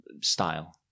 style